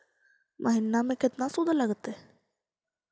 महिना में केतना शुद्ध लगतै?